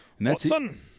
Watson